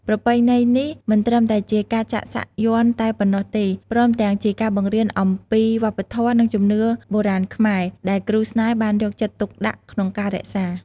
ប្រពៃណីនេះមិនត្រឹមតែជាការចាក់សាក់យន្តតែប៉ុណ្ណោះទេ ព្រមទាំងជាការបង្រៀនអំពីវប្បធម៌ និងជំនឿបុរាណខ្មែរ ដែលគ្រូស្នេហ៍បានយកចិត្តទុកដាក់ក្នុងការរក្សា។